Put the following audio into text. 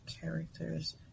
character's